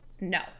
no